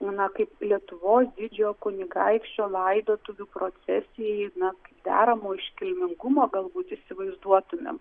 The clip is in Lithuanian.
na kaip lietuvos didžiojo kunigaikščio laidotuvių procesijai na deramo iškilmingumo galbūt įsivaizduotumėm